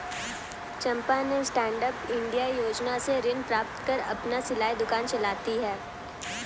चंपा ने stand up India योजना से ऋण प्राप्त कर अपना सिलाई दुकान चलाती है